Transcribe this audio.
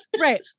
Right